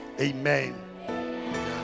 amen